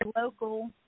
local